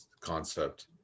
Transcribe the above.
concept